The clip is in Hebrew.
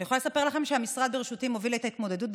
אני יכולה לספר לכם שהמשרד בראשותי מוביל את ההתמודדות עם